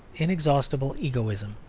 inexhaustible egoism,